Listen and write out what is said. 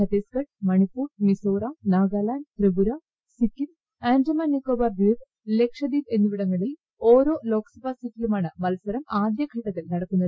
ഛത്തീസ്ഗഡ് മണിപ്പൂർ മിസോറാം നാഗാലാന്റ് ത്രിപുര സിക്കിം ആന്റമാൻ നിക്കോബാർ ദ്വീപ് ലക്ഷദ്വീപ് എന്നിവിടങ്ങളിൽ ഓരോ ലോക്സഭ സീറ്റിലുമാണ് മൽസരം ആദ്യഘട്ടത്തിൽ നടക്കുന്നത്